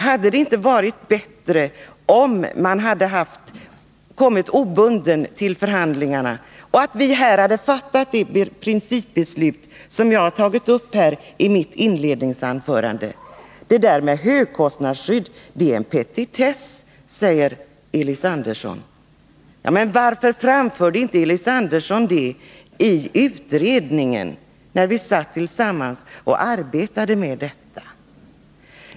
Hade det inte varit bättre om man kommit obunden till förhandlingarna och att vi här i riksdagen hade fattat det principbeslut som jag har berört i mitt inledningsanförande? Frågan om högkostnadsskydd är en petitess, säger Elis Andersson. Varför framförde inte Elis Andersson det i utredningen, när vi satt tillsammans och arbetade med denna fråga?